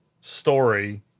story